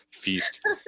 feast